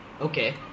Okay